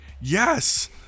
yes